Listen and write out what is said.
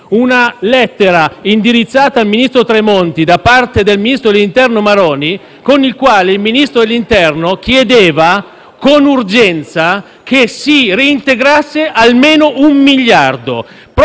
una lettera indirizzata al ministro Tremonti da parte del ministro dell'interno Maroni, nella quale il Ministro dell'interno chiedeva con urgenza che si reintegrasse almeno un miliardo.